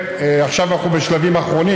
ואם יש הקלטות במקרה בתיקי החקירה,